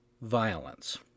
violence